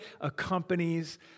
accompanies